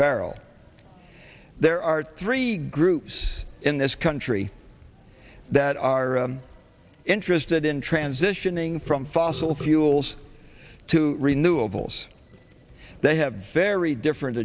barrel there are three groups in this country that are interested in transitioning from fossil fuels to renewables they have very different